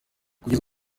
kugeza